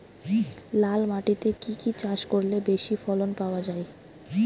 লাল মাটিতে কি কি চাষ করলে বেশি ফলন পাওয়া যায়?